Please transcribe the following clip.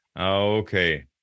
Okay